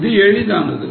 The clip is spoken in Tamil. இது எளிதானது